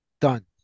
done